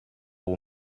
will